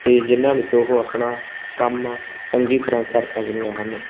ਅਤੇ ਜਿਹਨਾਂ ਵਿੱਚੋਂ ਉਹ ਆਪਣਾ ਕੰਮ ਚੰਗੀ ਤਰ੍ਹਾਂ ਕਰ ਸਕਦੀਆਂ ਹਨ